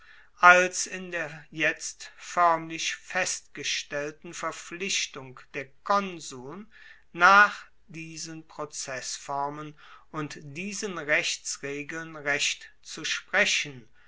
als in der jetzt foermlich festgestellten verpflichtung der konsuln nach diesen prozessformen und diesen rechtsregeln recht zu sprechen